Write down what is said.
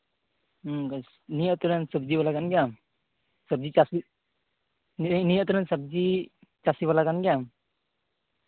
ᱦᱩᱸᱛᱚ ᱱᱤᱭᱟᱹ ᱟᱹᱛᱩ ᱨᱮᱱ ᱥᱚᱵᱽᱡᱤ ᱵᱟᱞᱟ ᱠᱟᱱ ᱜᱮᱭᱟᱢ ᱥᱚᱵᱽᱡᱤ ᱪᱟᱥᱤᱡ ᱢᱮᱱᱫᱤᱧ ᱱᱤᱭᱟᱹ ᱟᱹᱛᱩ ᱨᱮᱱ ᱥᱚᱵᱽᱡᱤ ᱪᱟᱹᱥᱤ ᱵᱟᱞᱟ ᱠᱟᱱ ᱜᱮᱭᱟᱢ